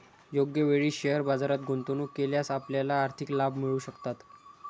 योग्य वेळी शेअर बाजारात गुंतवणूक केल्यास आपल्याला आर्थिक लाभ मिळू शकतात